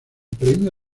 premio